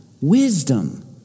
wisdom